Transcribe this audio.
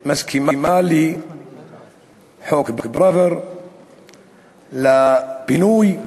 מסכימה לחוק פראוור, לפינוי.